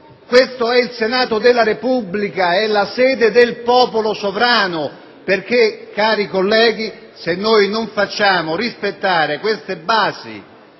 Questo è il Senato della Repubblica; è la sede del popolo sovrano! Cari colleghi, se non facciamo rispettare queste basi